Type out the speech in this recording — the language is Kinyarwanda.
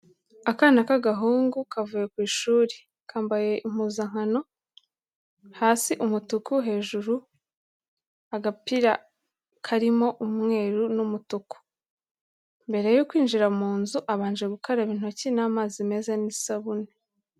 Akana k'agahungu kavuye ku ishuri, kambaye impuzankano hasi umutuku, hejuru agapira karimo umweru n'umutuku, mbere yo kwinjira mu nzu abanje gukaraba intoki n'amazi meza n'isabune.